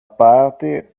party